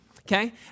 okay